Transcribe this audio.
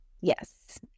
Yes